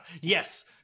Yes